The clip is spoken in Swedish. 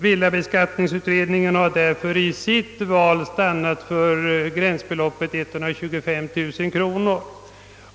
Villabeskattningsutredningen har därför vid sitt val stannat för gränsbeloppet 125000 kronor.